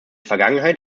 vergangenheit